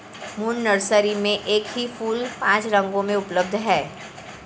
moon nursery में एक ही फूल पांच रंगों में उपलब्ध है